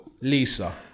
Lisa